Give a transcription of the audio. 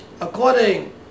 according